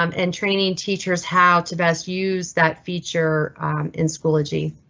um and training teachers how to best use that feature in schoology.